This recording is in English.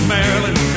Maryland